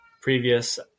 previous